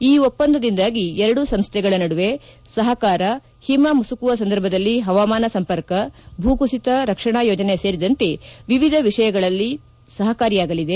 ಈ ಒಪ್ಪಂದದಿಂದಾಗಿ ಎರಡೂ ಸಂಸ್ಥೆಗಳ ನಡುವೆ ಸಪಕಾರ ಹಿಮ ಮುಸುಕುವ ಸಂದರ್ಭದಲ್ಲಿ ಪವಾಮಾನ ಸಂಪರ್ಕ ಭೂ ಕುಸಿತ ರಕ್ಷಣಾ ಯೋಜನೆ ಸೇರಿದಂತೆ ವಿವಿಧ ವಿಷಯಗಳಲ್ಲಿ ಸಹಕಾರಿಯಾಗಲಿದೆ